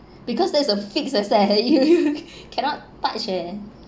because there's a fixed asset that's why you cannot touch eh